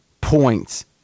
points